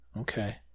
Okay